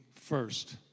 first